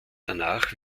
danach